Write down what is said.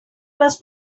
les